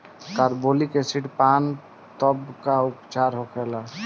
Carbolic acid पान तब का उपचार होखेला?